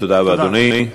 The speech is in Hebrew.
תודה רבה, אדוני.